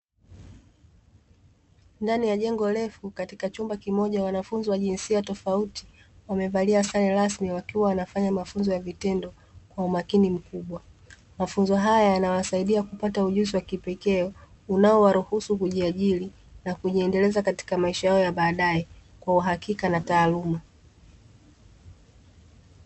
Ndani ya jengo refu katika chumba kimoja wanafunzi wa jinsia tofauti wamevalia sare rasmi wakiwa wanafanya mafunzo ya vitendo kwa umakini mkubwa mafunzo haya yanawasaidia kupata ujuzi wa kipekee unaowaruhusu kujiajiri na kujiendeleza katika maisha yao ya baadaye kwa uhakika na taaluma .